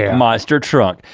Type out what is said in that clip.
ah monster truck.